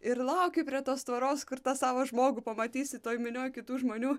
ir lauki prie tos tvoros kur tą savo žmogų pamatysi toj minioj kitų žmonių